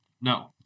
no